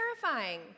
terrifying